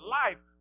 life